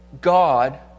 God